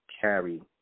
carry